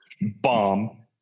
Bomb